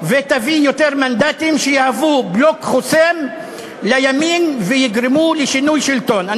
ותביא יותר מנדטים שיהוו בלוק חוסם לימין ויגרמו לשינוי שלטון.